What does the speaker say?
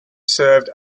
served